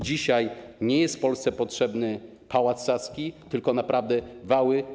Dzisiaj nie jest w Polsce potrzebny Pałac Saski, tylko naprawdę wały.